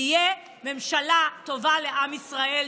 תהיה ממשלה טובה לעם ישראל.